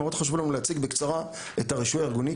מאוד חשוב לנו להציג בקצרה את הרישוי הארגוני,